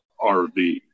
RV